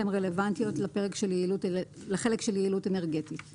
הן רלוונטיות לחלק של יעילות אנרגטית.